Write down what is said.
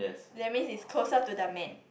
that means is closer to the man